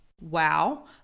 wow